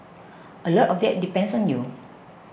a lot of that depends on you